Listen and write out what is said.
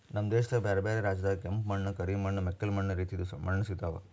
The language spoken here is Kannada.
ನಮ್ ದೇಶದಾಗ್ ಬ್ಯಾರೆ ಬ್ಯಾರೆ ರಾಜ್ಯದಾಗ್ ಕೆಂಪ ಮಣ್ಣ, ಕರಿ ಮಣ್ಣ, ಮೆಕ್ಕಲು ಮಣ್ಣ ರೀತಿದು ಮಣ್ಣ ಸಿಗತಾವ್